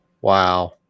Wow